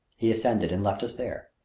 he ascended and left us there.